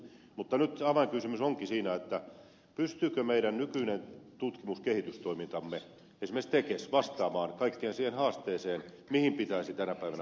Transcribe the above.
mutta nyt avainkysymys onkin se pystyykö meidän nykyinen tutkimus ja kehitystoimintamme esimerkiksi tekes vastaamaan kaikkeen siihen haasteeseen mihin pitäisi tänä päivänä vastata